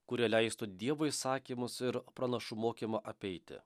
kurie leistų dievo įsakymus ir pranašų mokymą apeiti